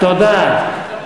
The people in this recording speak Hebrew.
תודה.